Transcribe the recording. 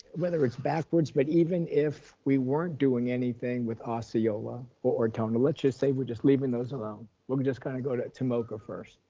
it's backwards, but even if we weren't doing anything with osceola ortona let's just say we're just leaving those alone, we're gonna just kind of go to tomoka first,